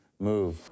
move